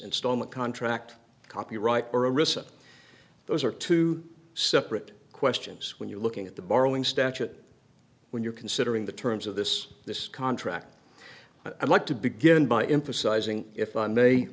installment contract copyright or a receipt those are two separate questions when you're looking at the borrowing statut when you're considering the terms of this this contract i'd like to begin by emphasizing if i may